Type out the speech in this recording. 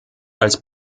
als